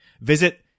Visit